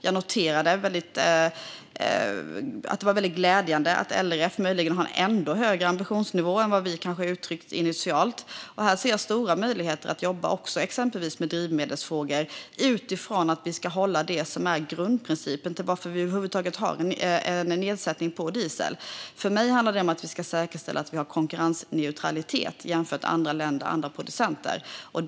Jag noterade att det var väldigt glädjande att LRF möjligen har en ännu högre ambitionsnivå än vad vi kanske uttryckt initialt. Här ser jag stora möjligheter att jobba exempelvis med drivmedelsfrågor utifrån att vi ska hålla oss till det som är grundprincipen för att vi över huvud taget har en nedsättning på diesel. För mig handlar det om att vi ska säkerställa att vi har konkurrensneutralitet jämfört med andra länder och andra producenter.